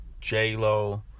J-Lo